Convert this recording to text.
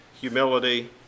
humility